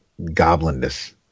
goblinness